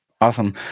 Awesome